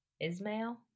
Ismail